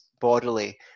bodily